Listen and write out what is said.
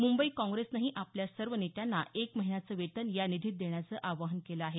मुंबई काँग्रेसनंही आपल्या सर्व नेत्यांना एक महिन्याचं वेतन या निधीत देण्याचं आवाहन केलं आहे